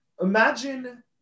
Imagine